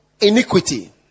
Iniquity